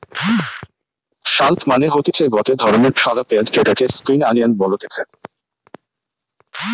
shallot মানে হতিছে গটে ধরণের ছলা পেঁয়াজ যেটাকে স্প্রিং আনিয়ান বলতিছে